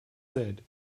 said